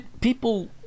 people